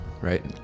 Right